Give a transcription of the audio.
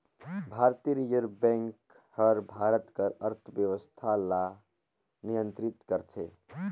भारतीय reserve bank हर भारत कर अर्थबेवस्था ल नियंतरित करथे